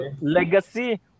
Legacy